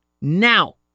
Now